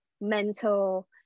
mental